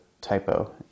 typo